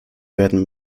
werden